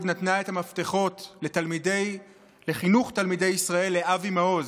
נתנה את המפתחות לחינוך תלמידי ישראל לאבי מעוז,